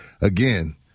again